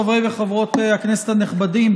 חברי וחברות הכנסת הנכבדים,